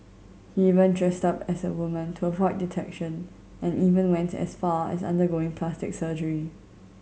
he even dressed up as a woman to avoid detection and even went as far as undergoing plastic surgery